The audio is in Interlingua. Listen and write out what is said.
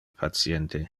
patiente